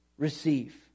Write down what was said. Receive